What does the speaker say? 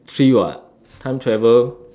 three [what] time travel